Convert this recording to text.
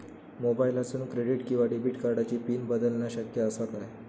मोबाईलातसून क्रेडिट किवा डेबिट कार्डची पिन बदलना शक्य आसा काय?